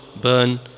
burn